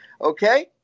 okay